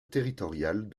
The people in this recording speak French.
territoriale